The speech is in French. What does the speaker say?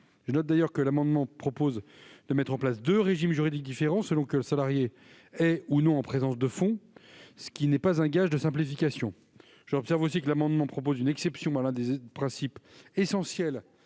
Je note d'ailleurs que l'amendement vise à mettre en place deux régimes juridiques différents selon que le salarié est ou non en présence de fonds, ce qui n'est pas un gage de simplification. J'observe aussi que l'amendement a pour objet de déroger à l'un des principes essentiels